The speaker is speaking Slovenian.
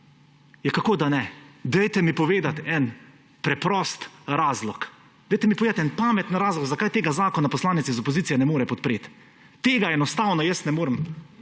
Kako, da ne? Dajte mi povedati en preprost razlog. Dajte mi povedati en pameten razlog, zakaj tega zakon poslanec iz opozicije ne more podpreti. Tega enostavno jaz ne morem